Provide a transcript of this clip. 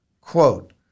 Quote